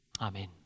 Amen